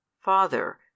father